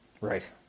Right